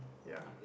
ya